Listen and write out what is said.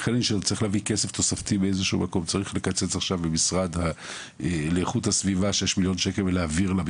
חושבים שצריך לחדד את הסעיף הזה מ-295 ל-301?